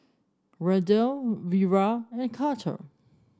Randall Vira and Carter